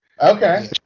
Okay